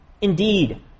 Indeed